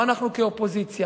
לא אנחנו כאופוזיציה,